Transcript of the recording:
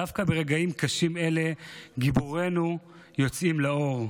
דווקא ברגעים קשים אלה גיבורינו יוצאים לאור.